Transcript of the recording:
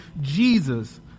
Jesus